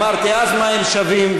אמרתי אז מה הם שווים,